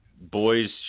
boys